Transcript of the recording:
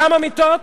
כמה מיטות?